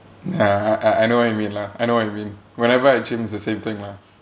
ya I I I know what you mean lah I know what you mean whenever I gym it's the same thing lah